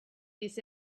this